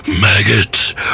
Maggot